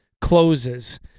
closes